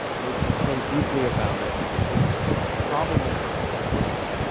makes us think deeply about it, makes us problematize art history,